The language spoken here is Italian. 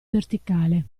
verticale